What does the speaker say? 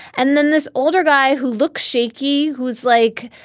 and then this older guy who looks shaky, who's like,